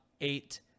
eight